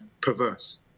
perverse